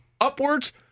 upwards